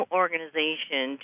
organization